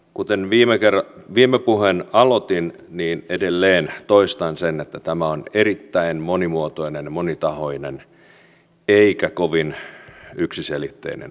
kuten viime puheen aloitin edelleen toistan sen että tämä on erittäin monimuotoinen ja monitahoinen eikä kovin yksiselitteinen asia